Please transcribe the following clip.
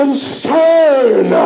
concern